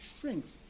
shrinks